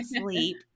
sleep